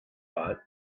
thought